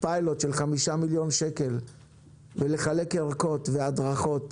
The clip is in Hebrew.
פיילוט של 5 מיליון שקל ולחלק ערכות והדרכות